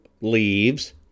leaves